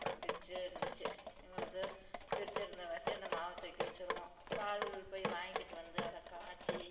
அப்புறம் ஃபிரிட்ஜு இருந்துச்சு எங்களுக்கு ஃபிரிட்ஜு இருந்தவாசி அந்த மாவைத் தூக்கி வச்சிருவோம் பால் போய் வாங்கிகிட்டு வந்து அதை காய்ச்சி